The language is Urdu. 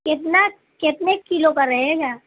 کتنا کتنے کلو کا رہے گا